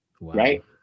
right